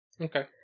Okay